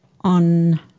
on